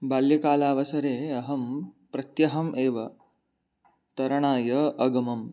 बाल्यकालावसरे अहं प्रत्यहम् एव तरणाय अगमम्